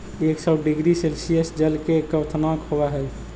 एक सौ degree Celsius जल के क्वथनांक होवऽ हई